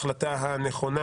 אלא בעיקר שזו ההחלטה הנכונה,